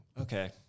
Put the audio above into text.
okay